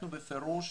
אנחנו בפירוש